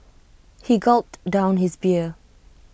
he gulped down his beer